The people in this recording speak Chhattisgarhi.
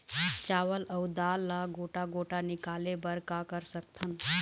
चावल अऊ दाल ला गोटा गोटा निकाले बर का कर सकथन?